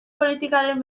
politikaren